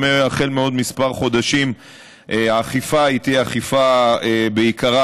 והחל מעוד כמה חודשים האכיפה תהיה בעיקרה אכיפה אזרחית,